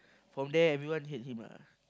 from there everyone hate him lah